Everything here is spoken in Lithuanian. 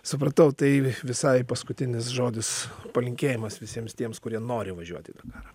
supratau tai visai paskutinis žodis palinkėjimas visiems tiems kurie nori važiuot į dakarą